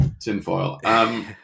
tinfoil